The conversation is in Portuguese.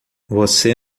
você